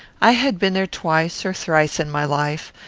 i had been there twice or thrice in my life,